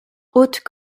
haute